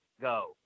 go